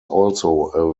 also